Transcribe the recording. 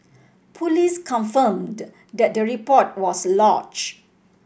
police confirmed that the report was lodged